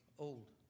Old